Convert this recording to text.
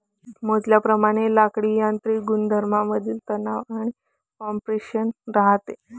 मोजल्याप्रमाणे लाकडीत यांत्रिक गुणधर्मांमधील तणाव आणि कॉम्प्रेशन राहते